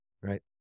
Right